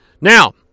Now